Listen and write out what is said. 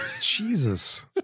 Jesus